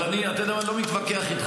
אבל אתה יודע מה, אני לא מתווכח איתך.